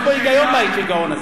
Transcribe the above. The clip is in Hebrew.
יש פה היגיון בשיגעון הזה.